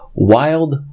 wild